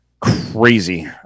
Crazy